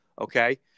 Okay